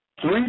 Three